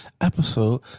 episode